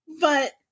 But-